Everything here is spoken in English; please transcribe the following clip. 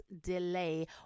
delay